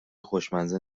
خوشمزه